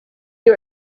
you